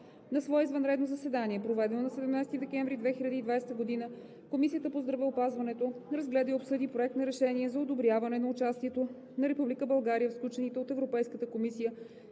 На свое извънредно заседание, проведено на 17 декември 2020 г., Комисията по здравеопазването разгледа и обсъди Проект на решение за одобряване участието на Република България в сключените от Европейската комисия